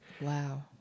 wow